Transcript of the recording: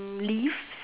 mm leaves